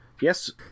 yes